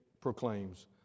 proclaims